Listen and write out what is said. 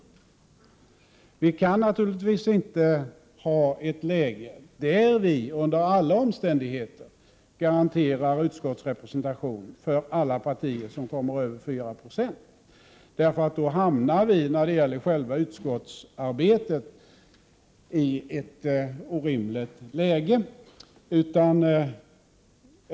Vi kan naturligtvis inte ha det så att vi under alla omständigheter 9 garanterar utskottsrepresentation för alla partier som kommer över 4 9, eftersom vi i så fall då det gäller själva utskottsarbetet skulle hamna i ett orimligt läge.